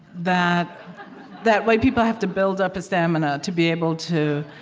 that that white people have to build up a stamina to be able to